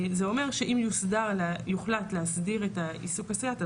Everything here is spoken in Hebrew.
זה אומר שאם יוחלט להסדיר את עיסוק הסייעת,